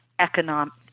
Economic